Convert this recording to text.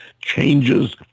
changes